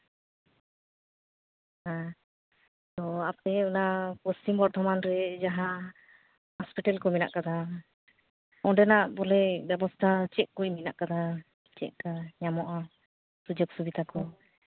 ᱦᱮᱸ ᱟᱫᱚ ᱟᱯᱮ ᱚᱱᱟ ᱯᱚᱥᱪᱤᱢ ᱵᱚᱨᱫᱷᱚᱢᱟᱱ ᱨᱮ ᱡᱟᱦᱟᱸ ᱦᱟᱥᱯᱤᱴᱟᱞ ᱠᱚ ᱢᱮᱱᱟᱜ ᱠᱟᱫᱟ ᱚᱸᱰᱮᱱᱟᱜ ᱵᱚᱞᱮ ᱵᱮᱵᱚᱥᱛᱷᱟ ᱪᱮᱫ ᱠᱚ ᱦᱮᱱᱟᱜ ᱠᱟᱫᱟ ᱪᱮᱫᱠᱟ ᱧᱟᱢᱚᱜᱼᱟ ᱥᱩᱡᱳᱜᱽ ᱥᱩᱵᱤᱫᱟ ᱠᱚ